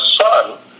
son